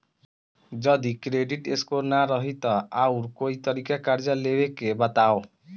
जदि credit score ना रही त आऊर कोई तरीका कर्जा लेवे के बताव?